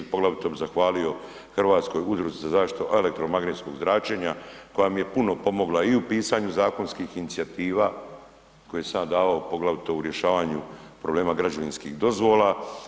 Poglavito bih zahvalio Hrvatskoj udruzi za zaštitu elektromagnetskog zračenja koja mi je puno pomogla i u pisanju zakonskih inicijativa koje sam ja davao poglavito u rješavanju problema građevinskih dozvola.